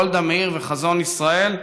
גולדה מאיר וחזון ישראל",